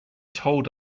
told